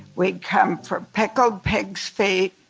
we'd come for pickled pigs' feet,